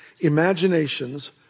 imaginations